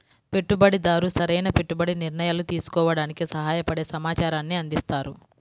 పెట్టుబడిదారు సరైన పెట్టుబడి నిర్ణయాలు తీసుకోవడానికి సహాయపడే సమాచారాన్ని అందిస్తారు